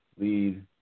lead